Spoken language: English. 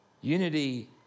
unity